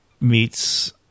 meets